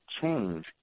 change